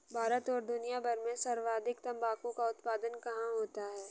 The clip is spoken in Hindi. भारत और दुनिया भर में सर्वाधिक तंबाकू का उत्पादन कहां होता है?